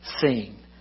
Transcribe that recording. seen